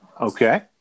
Okay